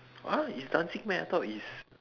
!huh! it's dancing meh I thought it's